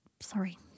Sorry